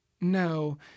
No